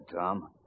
Tom